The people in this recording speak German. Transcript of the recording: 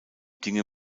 dinge